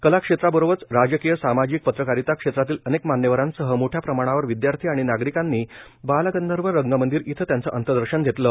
कला क्षेत्राबरोबरच राजकीय सामाजिक पत्रकारिता क्षेत्रातील अनेक मान्यवरांसह मोठ्या प्रमाणावर विदयार्थी आणि नागरिकांनी बालगंधर्व रंगमंदिर इथं त्यांचे अंत्यदर्शन घेतले